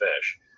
fish